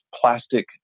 plastic